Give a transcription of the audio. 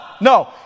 No